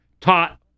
taught